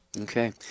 okay